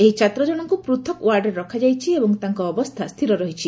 ଏହି ଛାତ୍ର ଜଣଙ୍କ ପୃଥକ୍ ୱାର୍ଡରେ ରଖାଯାଇଛି ଏବଂ ତାଙ୍କ ଅବସ୍ଥା ସ୍ଥିର ରହିଛି